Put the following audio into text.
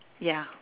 ya